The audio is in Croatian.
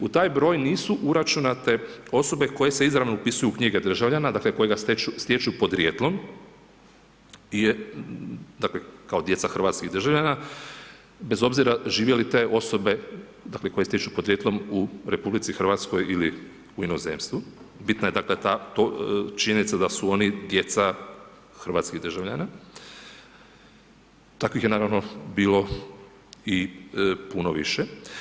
U taj broj nisu uračunate osobe koje se izravno upisuju u knjige državljana dakle kojega stječu podrijetlom je, dakle kao djeca hrvatskih državljana bez obzira živjele te osobe, dakle koje stječu podrijetlom u RH ili u inozemstvu, bitna je dakle ta, činjenica da su oni djeca hrvatskih državljana, takvih je naravno bilo i puno više.